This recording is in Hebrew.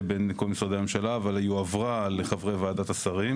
בין כל משרדי הממשלה אבל היא הועברה לחברי ועדת השרים